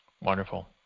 Wonderful